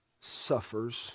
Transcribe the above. suffers